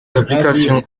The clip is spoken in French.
applications